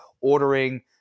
ordering